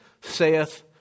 saith